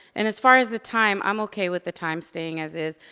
and as far as the time, i'm okay with the time staying as is.